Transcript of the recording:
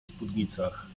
spódnicach